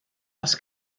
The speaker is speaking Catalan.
els